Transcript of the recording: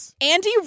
Andy